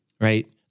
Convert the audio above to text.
Right